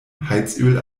heizöl